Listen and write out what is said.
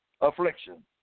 affliction